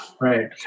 Right